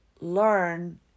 learn